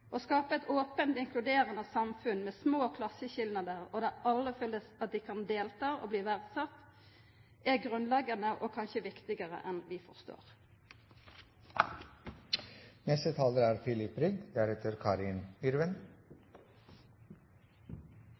Å skapa eit ope og inkluderande samfunn med små klasseskilnader der alle føler at dei kan delta og blir verdsette, er grunnleggjande og kanskje viktigare enn vi